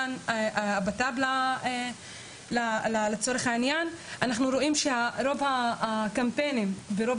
וכאן בטבלה לצורך העניין אנחנו רואים שרוב הקמפיינים ורוב